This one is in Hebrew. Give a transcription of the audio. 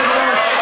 סליחה,